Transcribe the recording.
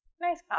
Nice